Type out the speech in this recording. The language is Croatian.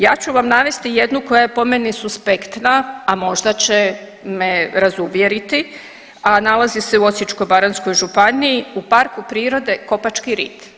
Ja ću vam navesti jednu koja je po meni suspektna, a možda će me razuvjeriti, a nalazi se u Osječko-baranjskoj županiji u PP Kopački rit.